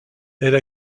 elle